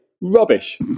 Rubbish